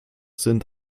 sind